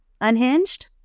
unhinged